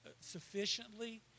sufficiently